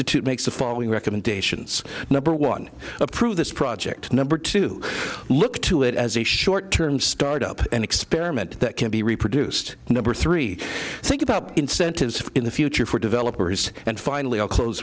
institute makes the following recommendations number one approve this project number two look to it as a short term start up an experiment that can be reproduced number three think about incentives in the future for developers and finally i'll close